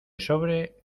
sobre